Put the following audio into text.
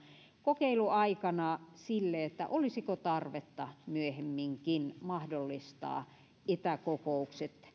kokeiluaikana sille olisiko tarvetta myöhemminkin mahdollistaa etäkokoukset